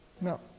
No